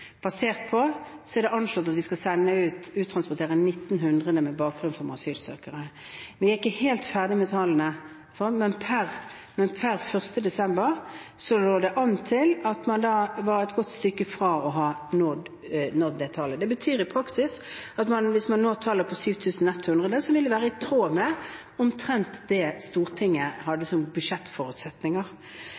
basert på, er det slått fast at vi skal uttransportere 1 900 med bakgrunn som asylsøkere. Vi er ikke helt ferdige, men per 1. desember 2014 lå det an til at man var et godt stykke fra å ha nådd det tallet. Det betyr i praksis at hvis man når tallet på 7 100, vil det være i tråd med omtrent det som Stortinget hadde som budsjettforutsetning. Det er ikke slik at man har gitt opp å sende ut kriminelle. Vi sender ut kriminelle hele tiden, og det